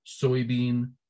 soybean